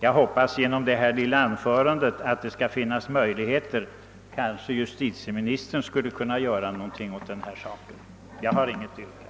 Jag hoppas att det skall finnas möjligheter att ändra på dessa förhållan den — kanske justitieministern skulle kunna göra någonting åt saken. Jag har inget yrkande.